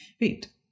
wait